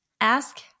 Ask